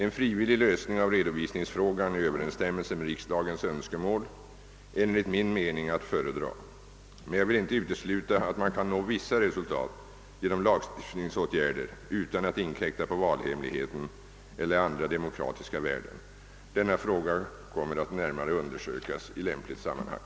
En frivillig lösning av redovisningsfrågan i överensstämmelse med riksdagens önskemål är enligt min mening att föredra. Men jag vill inte utesluta att man kan nå vissa resultat genom lagstiftningsåtgärder utan att inkräkta på valhemligheten eller andra demokratiska värden. Denna fråga kommer att undersökas närmare i lämpligt sammanhang.